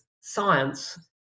science